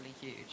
huge